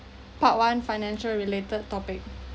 part one financial related topic